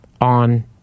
on